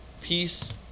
peace